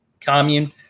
commune